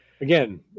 Again